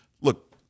Look